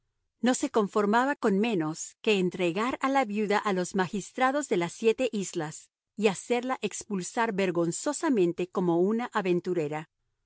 no se conformaba con menos que entregar a la viuda a los magistrados de las siete islas y hacerla expulsar vergonzosamente como una aventurera